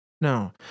No